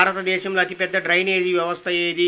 భారతదేశంలో అతిపెద్ద డ్రైనేజీ వ్యవస్థ ఏది?